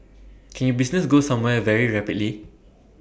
can your business go somewhere very rapidly